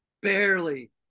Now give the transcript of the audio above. Barely